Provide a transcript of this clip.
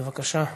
בבקשה.